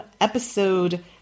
episode